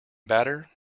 batter